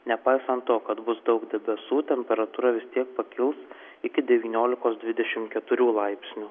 nepaisant to kad bus daug debesų temperatūra vis tiek pakils iki devyniolikos dvidešim keturių laipsnių